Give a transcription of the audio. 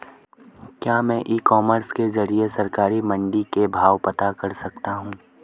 क्या मैं e commerce के ज़रिए सरकारी मंडी के भाव पता कर सकता हूँ?